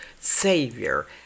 savior